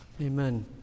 Amen